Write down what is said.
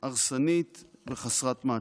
הרסנית וחסרת מעצורים.